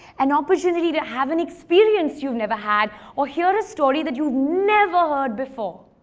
an opportunity to have an experience you've never had or hear a story that you've never heard before.